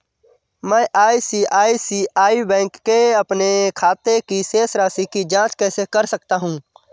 मैं ICICI bank के अपने खाते की शेष राशि की जाँच कैसे कर सकता हूँ?